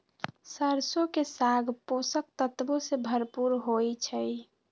सरसों के साग पोषक तत्वों से भरपूर होई छई